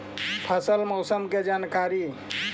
फसल मौसम के जानकारी?